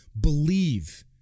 believe